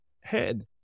head